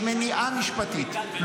יש מניעה משפטית.